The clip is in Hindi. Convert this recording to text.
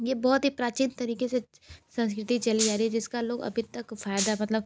यह बहुत ही प्राचीन तरीके से संस्कृति चली आ रही है जिसका लोग अभी तक फ़ायदा मतलब